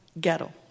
Ghetto